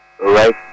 Right